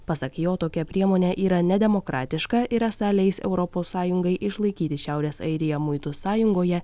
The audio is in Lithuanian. pasak jo tokia priemonė yra nedemokratiška ir esą leis europos sąjungai išlaikyti šiaurės airiją muitų sąjungoje